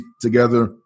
together